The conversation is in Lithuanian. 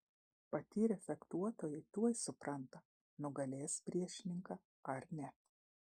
patyrę fechtuotojai tuoj supranta nugalės priešininką ar ne